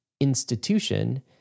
institution